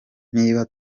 niba